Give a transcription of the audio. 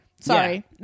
Sorry